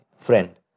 friend